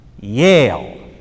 Yale